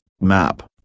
map